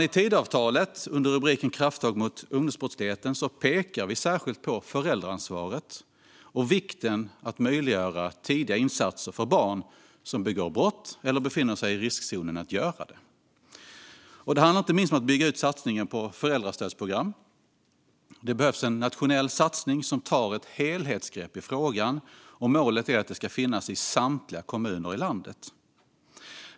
I Tidöavtalet, under rubriken Krafttag mot ungdomsbrottsligheten, pekar vi särskilt på föräldraansvaret och vikten av att möjliggöra tidiga insatser för barn som begår brott eller som befinner sig i riskzonen för att göra det. Det handlar inte minst om att bygga ut satsningen på föräldrastödsprogram. Det behövs en nationell satsning som tar ett helhetsgrepp i frågan. Målet är att detta ska finnas i samtliga kommuner i landet.